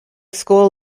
school